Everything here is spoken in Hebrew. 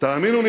תאמינו לי,